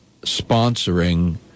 sponsoring